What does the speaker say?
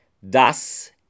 Das